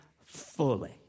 fully